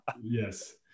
Yes